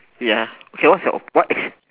ya okay what's your what is